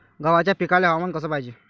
गव्हाच्या पिकाले हवामान कस पायजे?